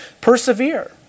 Persevere